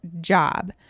job